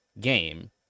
game